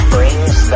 brings